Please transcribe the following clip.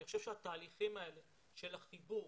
אני חושב שהתהליכים האלה של החיבור